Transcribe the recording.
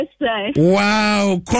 Wow